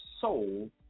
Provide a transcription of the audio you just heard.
Soul